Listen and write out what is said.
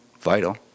vital